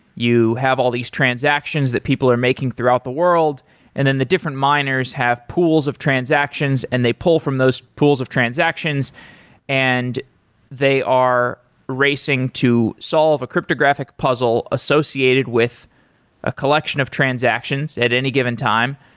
you have all these transactions that people are making throughout the world and then the different miners have pools of transactions and they pull from those pools of transactions and they are racing to solve a cryptographic puzzle associated with a collection of transactions at any given time.